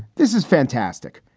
this is fantastic.